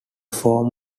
form